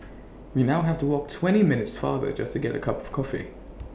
we now have to walk twenty minutes farther just to get A cup of coffee